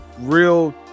real